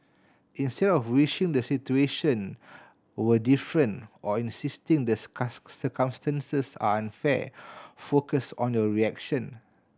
instead of wishing the situation were different or insisting the circumstances are unfair focus on your reaction